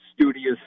studious